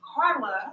Carla